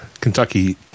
kentucky